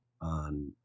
on